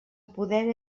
poder